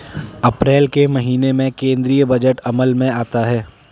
अप्रैल के महीने में केंद्रीय बजट अमल में आता है